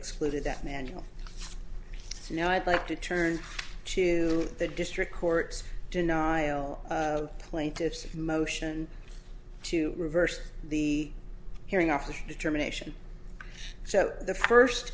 excluded that manual now i'd like to turn to the district court denial plaintiff's motion to reverse the hearing on his determination so the first